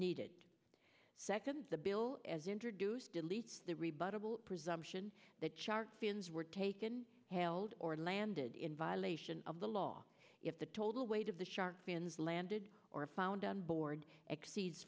needed second the bill as introduced deletes the rebuttal presumption that shark fins were taken held or landed in violation of the law if the total weight of the shark fins landed or found on board exceeds